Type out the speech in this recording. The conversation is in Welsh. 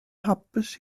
hapus